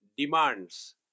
Demands